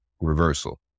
reversal